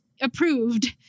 approved